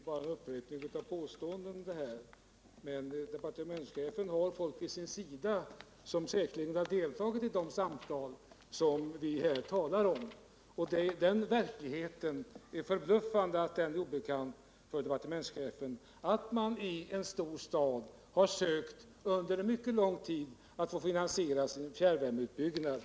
Herr talman! Det här är ju bara en upprepning av påståenden. Men departementschefen har folk vid sin sida som säkerligen har deltagit i de samtal som vi här talar om. Det är förbluffande att det är obekant för departementschefen att man i en stor stad under mycket lång tid har sökt få finansiera sin fjärrvärmeutbyggnad.